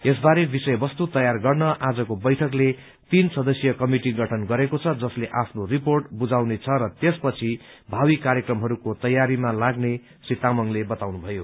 यसवारे विषय वस्तु तयार गर्न आजको बैठकले तीन सदस्यीय कमिटि गठन गरेको छ जसले आफ्नो रिपोर्ट बुझाउने छ र त्यसपछि भावी कार्यक्रमहस्को तयारीमा लाग्ने श्री तामाङले वताउनुभयो